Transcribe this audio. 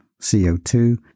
CO2